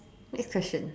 next question